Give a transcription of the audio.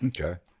Okay